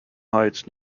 heights